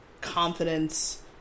confidence